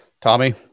Tommy